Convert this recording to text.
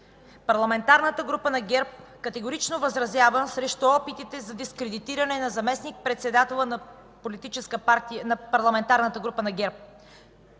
„Парламентарната група на ГЕРБ категорично възразява срещу опитите за дискредитиране на заместник-председателя на